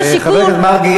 חבר הכנסת מרגי,